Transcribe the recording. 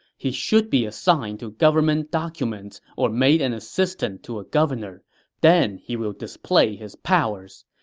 he should be assigned to government documents or made an assistant to a governor then he will display his powers.